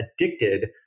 addicted